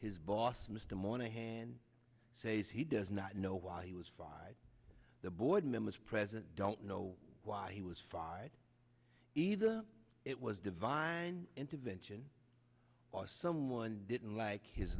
his boss mr monaghan says he does not know why he was fired the board members present don't know why he was fired either it was divine intervention or someone didn't like his